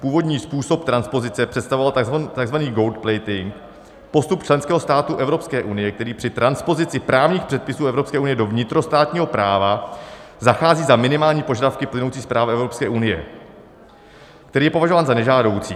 Původní způsob transpozice představoval takzvaný goldplating, postup členského státu Evropské unie, který při transpozici právních předpisů Evropské unie do vnitrostátního práva zachází za minimální požadavky plynoucí z práva Evropské unie, který je považován za nežádoucí.